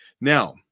Now